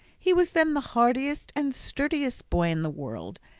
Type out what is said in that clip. he was then the heartiest and sturdiest boy in the world,